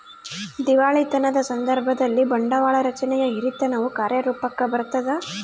ದಿವಾಳಿತನದ ಸಂದರ್ಭದಲ್ಲಿ, ಬಂಡವಾಳ ರಚನೆಯ ಹಿರಿತನವು ಕಾರ್ಯರೂಪುಕ್ಕ ಬರತದ